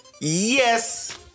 yes